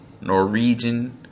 Norwegian